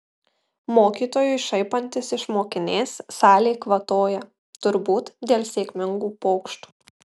mokytojui šaipantis iš mokinės salė kvatoja turbūt dėl sėkmingų pokštų